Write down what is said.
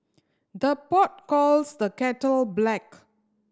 the pot calls the kettle black